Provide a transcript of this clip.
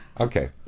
Okay